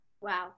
wow